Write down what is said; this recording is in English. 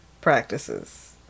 practices